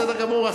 בסדר גמור.